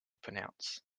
pronounce